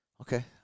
Okay